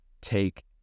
take